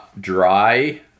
Dry